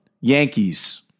Yankees